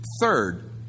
third